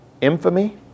infamy